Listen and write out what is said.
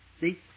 See